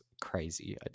crazy